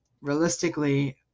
realistically